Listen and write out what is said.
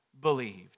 believed